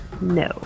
No